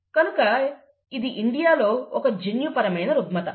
కనుక ఇది ఇండియాలో ఒక జన్యుపరమైన రుగ్మత